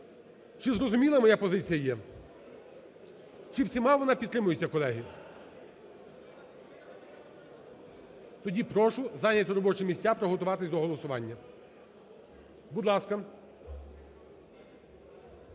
Чи зрозуміла моя позиція є? Чи всіма вона підтримується, колеги? Тоді прошу зайняти робочі місця, приготуватися до голосування. Будь ласка,